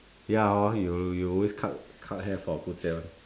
ya hor you'll you always cut cut hair for gu jie [one]